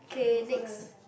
move on ah